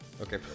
okay